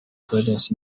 valens